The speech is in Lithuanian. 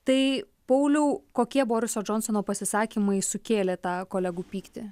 tai pauliau kokie boriso džonsono pasisakymai sukėlė tą kolegų pyktį